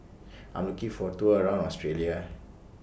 I'm looking For A Tour around Australia